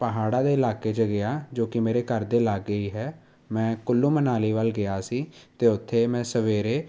ਪਹਾੜਾਂ ਦੇ ਇਲਾਕੇ 'ਚ ਗਿਆ ਜੋ ਕਿ ਮੇਰੇ ਘਰ ਦੇ ਲਾਗੇ ਹੀ ਹੈ ਮੈਂ ਕੁੱਲੂ ਮਨਾਲੀ ਵੱਲ ਗਿਆ ਸੀ ਅਤੇ ਉੱਥੇ ਮੈਂ ਸਵੇਰੇ